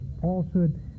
falsehood